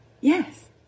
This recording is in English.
yes